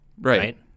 right